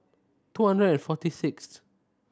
two hundred and forty sixth